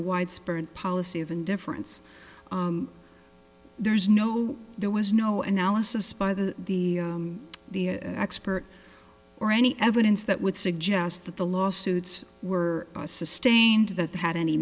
a widespread policy of indifference there's no there was no analysis by the the expert or any evidence that would suggest that the lawsuits were sustained that had any